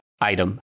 item